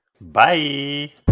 bye